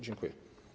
Dziękuję.